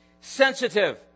sensitive